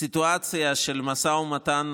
הסיטואציה של משא ומתן,